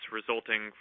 resulting